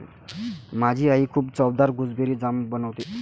माझी आई खूप चवदार गुसबेरी जाम बनवते